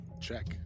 Check